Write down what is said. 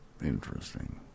Interesting